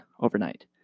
overnight